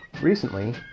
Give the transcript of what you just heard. Recently